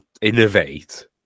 innovate